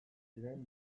ziren